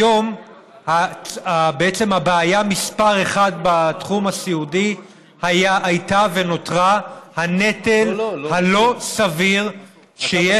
היום בעצם הבעיה מס' 1 בתחום הסיעודי הייתה ונותרה הנטל הלא-סביר שיש